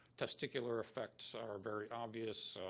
testicular effects are very obvious,